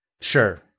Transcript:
sure